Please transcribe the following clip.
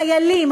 חיילים,